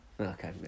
Okay